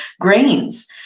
grains